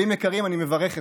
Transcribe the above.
עולים יקרים, אני מברך אתכם.